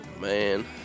Man